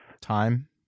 Time